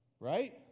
Right